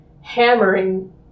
hammering